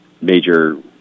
major